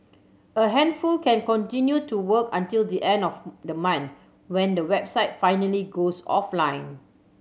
a handful can continue to work until the end of the month when the website finally goes offline